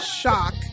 shock